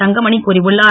தங்கமணி கூறியுள்ளார்